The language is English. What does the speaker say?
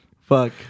Fuck